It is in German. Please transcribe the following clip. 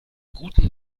guten